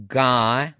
guy